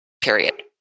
period